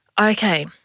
Okay